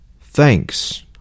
Thanks